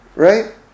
right